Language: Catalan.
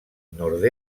nord